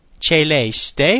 Celeste